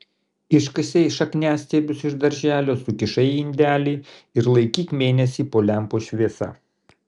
iškasei šakniastiebius iš darželio sukišai į indelį ir laikyk mėnesį po lempos šviesa